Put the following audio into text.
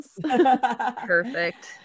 Perfect